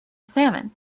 salmon